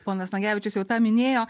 ponas nagevičius jau tą minėjo